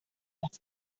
las